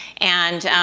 and,